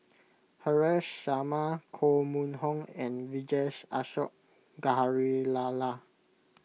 Haresh Sharma Koh Mun Hong and Vijesh Ashok Ghariwala